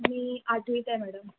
मी आठवीत आहे मॅडम